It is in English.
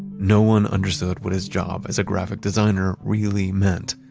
no one understood what his job as a graphic designer really meant.